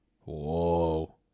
Whoa